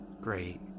Great